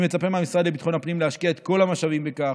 אני מצפה מהמשרד לביטחון פנים להשקיע את כל המשאבים בכך,